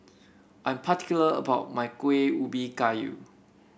I'm particular about my Kueh Ubi Kayu